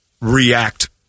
react